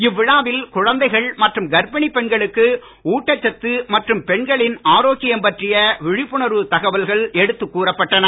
இவ்விழாவில் குழந்தைகள் மற்றும் கர்ப்பிணிப் பெண்களுக்கு ஊட்டச்சத்து மற்றும் பெண்களின் ஆரோக்கியம் பற்றிய விழிப்புணர்வுத் தகவல்கள் எடுத்துக் கூறப்பட்டன